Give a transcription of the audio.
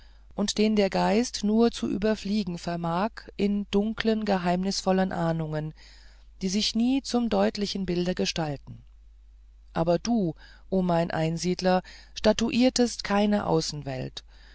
und den der geist nur zu überfliegen vermag in dunklen geheimnisvollen ahnungen die sich nie zum deutlichen bilde gestalten aber du o mein einsiedler statuiertest keine außenwelt